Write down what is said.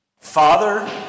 Father